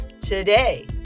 today